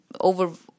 over